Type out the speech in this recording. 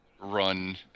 run